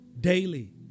daily